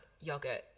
yogurt